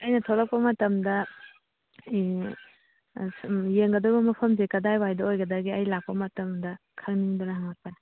ꯑꯩꯅ ꯊꯣꯛꯂꯛꯄ ꯃꯇꯝꯗ ꯎꯝ ꯌꯦꯡꯒꯗꯕ ꯃꯐꯝꯁꯦ ꯀꯗꯥꯏꯋꯥꯏꯗ ꯑꯣꯏꯒꯗꯒꯦ ꯑꯩ ꯂꯥꯛꯄ ꯃꯇꯝꯗ ꯈꯪꯅꯤꯡꯗꯅ ꯍꯪꯉꯛꯄꯅꯤ